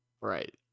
Right